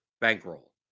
bankroll